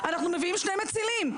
אנחנו מביאים שני מצילים.